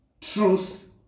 truth